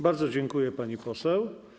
Bardzo dziękuję, pani poseł.